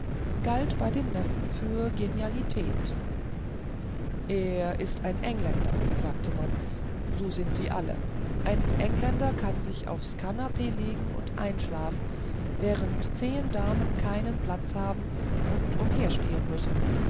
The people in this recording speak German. galt bei dem neffen für genialität er ist ein engländer sagte man so sind sie alle ein engländer kann sich aufs kanapee legen und einschlafen während zehen damen keinen platz haben und umherstehen müssen